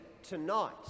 tonight